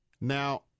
Now